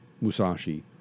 Musashi